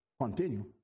continue